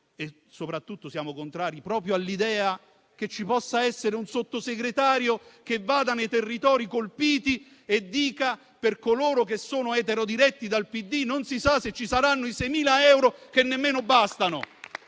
soprattutto, siamo contrari proprio all'idea che ci possa essere un Sottosegretario che vada nei territori colpiti e dica, per coloro che sono eterodiretti dal PD, che non si sa se ci saranno i 6.000 euro che nemmeno bastano